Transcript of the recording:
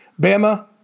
Bama